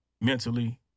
mentally